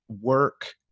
work